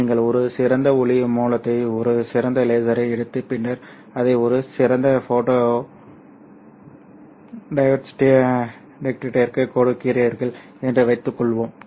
நீங்கள் ஒரு சிறந்த ஒளி மூலத்தை ஒரு சிறந்த லேசரை எடுத்து பின்னர் அதை ஒரு சிறந்த ஃபோட்டோடியோட்ஸ் டிடெக்டருக்கு கொடுக்கிறீர்கள் என்று வைத்துக்கொள்வோம்